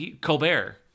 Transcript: Colbert